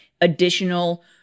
additional